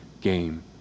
game